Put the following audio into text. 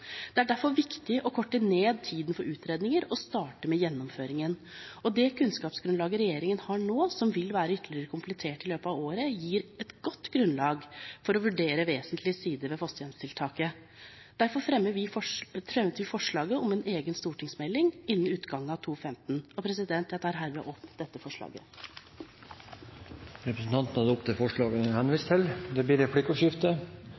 Det er derfor viktig å korte ned tiden for utredninger og starte med gjennomføringen. Det kunnskapsgrunnlaget regjeringen har nå, og som vil være ytterligere komplettert i løpet av året, gir et godt grunnlag for å vurdere vesentlige sider ved fosterhjemstiltaket. Derfor fremmet vi forslaget om en egen stortingsmelding innen utgangen av 2015. Jeg tar hermed opp dette forslaget. Representanten Mette Tønder har tatt opp forslaget hun viste til. Det blir replikkordskifte.